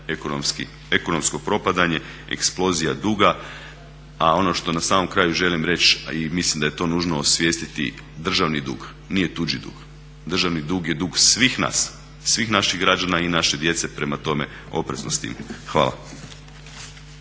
ekonomsko propadanje, eksplozija duga. A ono što na samom kraju želim reći i mislim da je to nužno osvijestiti državni dug, nije tuđi dug. Državni dug je dug svih nas, svih naših građana i naše djece. Prema tome, oprezno s tim. Hvala.